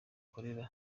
akorera